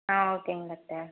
ஆ ஓகேங்க டாக்டர்